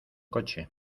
coche